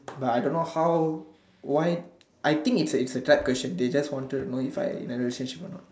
but I don't know how why I think it's it's a trap question they just wanted to know if I'm in a relationship or not